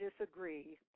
disagree